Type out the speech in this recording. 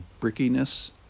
brickiness